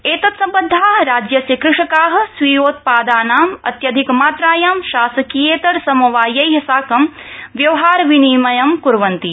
एतत्सम्बद्धा राज्यस्य कृषका स्वीयोत्पादानां अत्यधिकमात्रायां शासकीयेतर समवायै साकं व्यवहार विनिमयं कुर्वन्ति